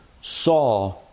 saw